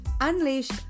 unleashed